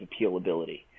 appealability